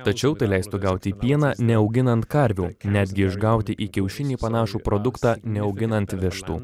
tačiau tai leistų gauti pieną neauginant karvių netgi išgauti į kiaušinį panašų produktą neauginant vištų